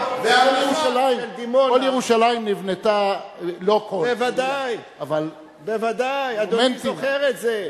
כל ירושלים נבנתה, בוודאי, אדוני זוכר את זה.